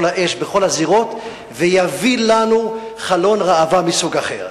האש בכל הזירות ויביא לנו חלון ראווה מסוג אחר.